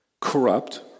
corrupt